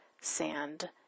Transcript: sand